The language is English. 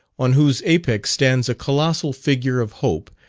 on whose apex stands a colossal figure of hope,